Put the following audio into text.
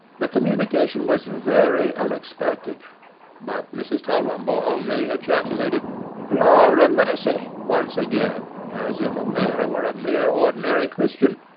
the communication was very unexpected but mrs. tulrumble only ejaculated lor-a-mussy! once again, as if a mayor were a mere ordinary christian,